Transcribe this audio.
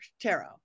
tarot